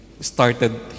started